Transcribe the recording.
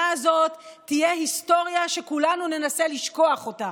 הזאת תהיה היסטוריה שכולנו ננסה לשכוח אותה.